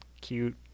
cute